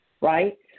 right